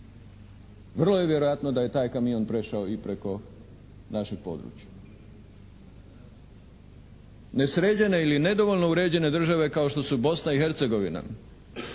Vrlo je vjerojatno da je taj kamion prešao i preko našeg područja. Nesređene ili nedovoljno uređene države kao što su Bosna i Hercegovina,